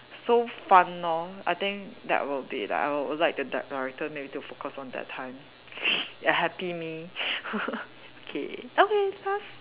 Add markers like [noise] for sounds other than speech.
so fun lor I think that will be I would like the director maybe to focus on that time [noise] a happy me [laughs] okay okay last